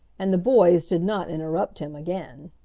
and the boys did not interrupt him again.